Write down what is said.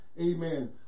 Amen